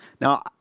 Now